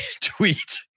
tweet